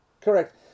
correct